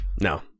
No